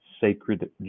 Sacred